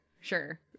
sure